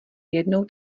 jednou